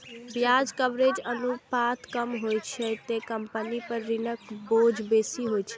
ब्याज कवरेज अनुपात कम होइ छै, ते कंपनी पर ऋणक बोझ बेसी होइ छै